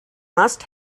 must